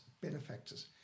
benefactors